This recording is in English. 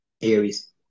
Aries